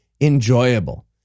enjoyable